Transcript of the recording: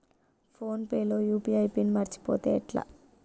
Phone pay లో UPI PIN మరచిపోతే ఎట్లా?